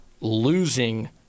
losing